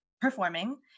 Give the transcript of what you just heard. performing